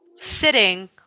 sitting